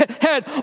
head